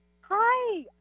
Hi